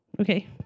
okay